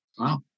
Wow